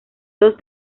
dos